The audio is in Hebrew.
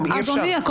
אדוני היושב-ראש.